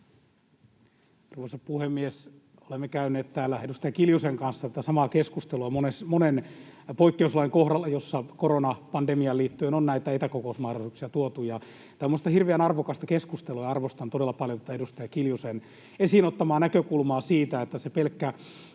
Arvoisa puhemies! Olemme käyneet täällä edustaja Kiljusen kanssa tätä samaa keskustelua monen poikkeuslain kohdalla, joissa koronapandemiaan liittyen on näitä etäkokousmahdollisuuksia tuotu. Tämä on minusta hirveän arvokasta keskustelua, ja arvostan todella paljon edustaja Kiljusen esiin ottamaa näkökulmaa siitä, että pelkkä